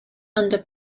under